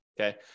okay